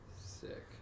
Sick